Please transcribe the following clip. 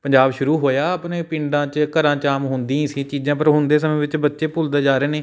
ਪੰਜਾਬ ਸ਼ੁਰੂ ਹੋਇਆ ਆਪਣੇ ਪਿੰਡਾਂ 'ਚ ਘਰਾਂ 'ਚ ਆਮ ਹੁੰਦੀਆਂ ਹੀ ਸੀ ਇਹ ਚੀਜ਼ਾਂ ਪਰ ਹੁਣ ਦੇ ਸਮੇਂ ਵਿੱਚ ਬੱਚੇ ਭੁੱਲਦੇ ਜਾ ਰਹੇ ਨੇ